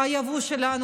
היבוא שלנו,